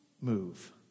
move